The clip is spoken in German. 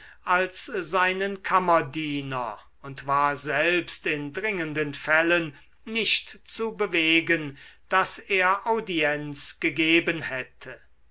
als seinen kammerdiener und war selbst in dringenden fällen nicht zu bewegen daß er audienz gegeben hätte